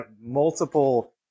multiple